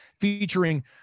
featuring